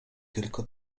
tylko